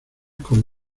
con